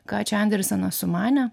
ką čia andersenas sumanė